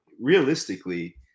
realistically –